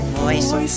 voice